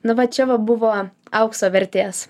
nu va čia va buvo aukso vertės